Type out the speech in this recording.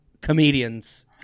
comedians